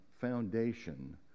foundation